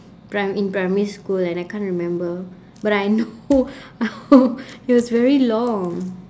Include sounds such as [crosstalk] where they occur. pri~ in primary school and I can't remember but I know [laughs] it was very long